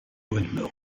windmill